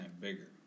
bigger